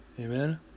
Amen